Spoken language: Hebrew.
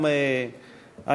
ביציע,